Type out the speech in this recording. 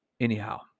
Anyhow